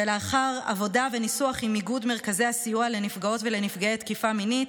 לאחר עבודה וניסוח עם איגוד מרכזי הסיוע לנפגעות ולנפגעי תקיפה מינית.